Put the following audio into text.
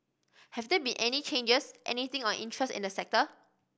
have there been any changes anything of interest in the sector